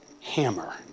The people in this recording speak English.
hammer